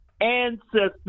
ancestors